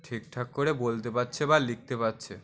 ঠিকঠাক করে বলতে পারছে বা লিখতে পারছে